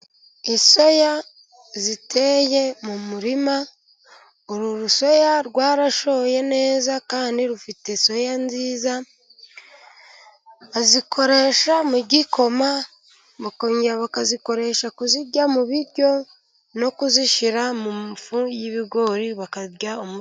Soya ziteye mu murima. Iyi soya yarashoye neza kandi ifite soya nziza. Bayikoresha mu gikoma bakazikoresha kuzirya mu biryo no kuzishyira mu mafu y'ibigori bakarya umutsima.